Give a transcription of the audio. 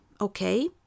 Okay